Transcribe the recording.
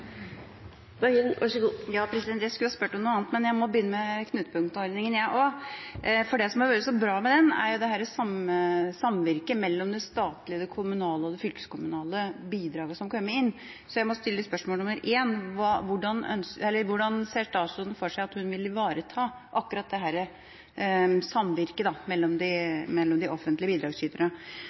Jeg skulle ha spurt om noe annet, men jeg må begynne med knutepunktordningen jeg også. Det som har vært så bra med den, er samvirket mellom de statlige, de kommunale og de fylkeskommunale bidragene som har kommet inn. Så jeg må stille spørsmål nr. 1: Hvordan ser statsråden for seg at hun vil ivareta akkurat dette samvirket mellom de offentlige